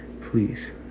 please